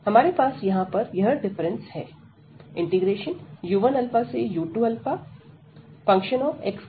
हमारे पास यहां पर यह डिफरेंस है u1u2fxα fxαdx